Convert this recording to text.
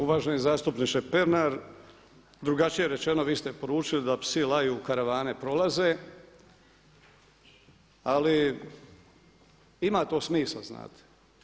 Uvaženi zastupniče Pernar, drugačije rečeno vi ste poručili da „Psi laju karavane prolaze.“ Ali ima to smisla znate.